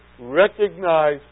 recognize